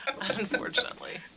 unfortunately